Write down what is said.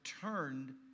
turned